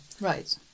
right